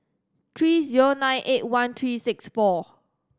three zero nine eight one three six four